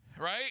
right